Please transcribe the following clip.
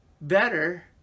better